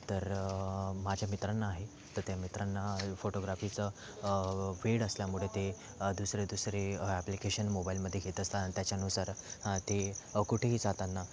तर्रर माझ्या मित्रांना आहे त त्या मित्रांना फोटोग्राफीचं वेड असल्यामुळे ते दुसरे दुसरे ॲप्लिकेशन मोबाईलमध्ये घेत असतात आणि त्याच्यानुसार ते कुठेही जाताना